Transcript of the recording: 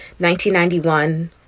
1991